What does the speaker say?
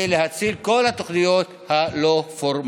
להציל את כל התוכניות הלא-פורמליות.